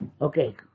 Okay